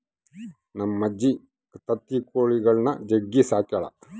ನಮ್ಮಜ್ಜಿ ತತ್ತಿ ಕೊಳಿಗುಳ್ನ ಜಗ್ಗಿ ಸಾಕ್ಯಳ